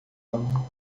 ano